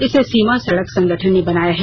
इसे सीमा सड़क संगठन ने बनाया है